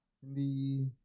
Cindy